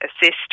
assist